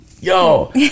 yo